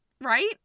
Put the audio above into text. Right